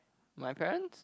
my parents